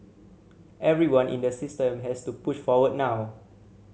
everyone in the system has to push forward now